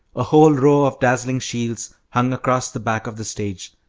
a whole row of dazzling shields hung across the back of the stage,